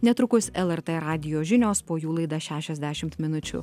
netrukus lrt radijo žinios po jų laida šešiasdešimt minučių